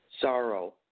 Sorrow